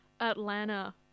Atlanta